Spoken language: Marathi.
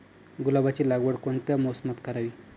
गुलाबाची लागवड कोणत्या मोसमात करावी?